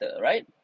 right